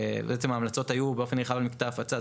בעצם ההמלצות היו באופן נרחב על מקטע הפצה.